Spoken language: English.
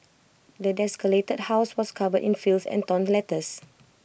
the desolated house was covered in filth and torn letters